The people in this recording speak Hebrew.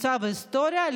מוצא והיסטוריה.